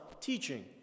teaching